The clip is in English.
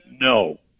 No